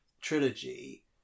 trilogy